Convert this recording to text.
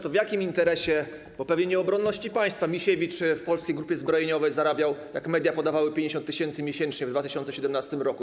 To w jakim interesie, bo pewnie nie obronności państwa, Misiewicz w Polskiej Grupie Zbrojeniowej zarabiał, jak podawały media, 50 tys. miesięcznie w 2017 r.